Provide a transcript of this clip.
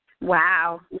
Wow